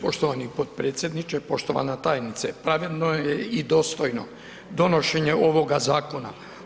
Poštovani potpredsjedniče i poštovana tajnice, pravilno je i dostojno donošenje ovoga zakona.